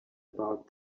about